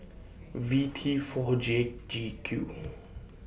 V T four J G Q